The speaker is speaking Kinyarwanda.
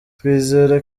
twizera